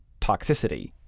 toxicity